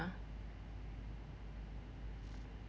ya